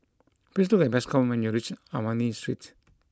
please look for Bascom when you reach Ernani Street